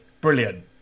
Brilliant